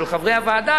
של חברי הוועדה,